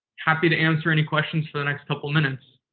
happy to answer any questions for the next couple minutes.